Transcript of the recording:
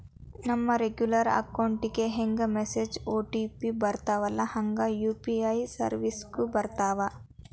ನಮ regular account ಗೆ ಹೆಂಗ ಮೆಸೇಜ್ ಒ.ಟಿ.ಪಿ ಬರ್ತ್ತವಲ್ಲ ಹಂಗ ಯು.ಪಿ.ಐ ಸೆರ್ವಿಸ್ಗು ಬರ್ತಾವ